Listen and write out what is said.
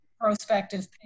prospective